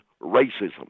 racism